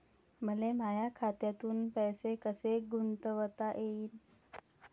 मले माया खात्यातून पैसे कसे गुंतवता येईन?